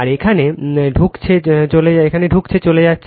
আর এখানে ঢুকছে চলে যাচ্ছে